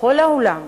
ובכל העולם,